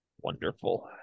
Wonderful